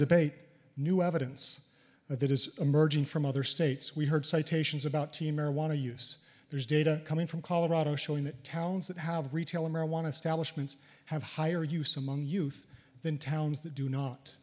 debate new evidence that is emerging from other states we heard citations about teen marijuana use there's data coming from colorado showing that towns that have retail marijuana establishment have higher use among the youth than towns that do not